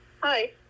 Hi